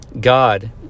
God